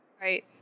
right